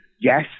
yes